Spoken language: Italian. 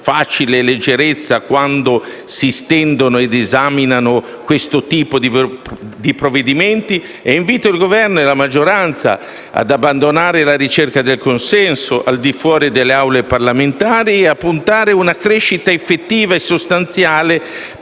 facile leggerezza quando si stende e si esamina questo tipo di provvedimenti ed invito il Governo e la maggioranza ad abbandonare la ricerca del consenso al di fuori delle Aule parlamentari e a puntare a una crescita effettiva e sostanziale,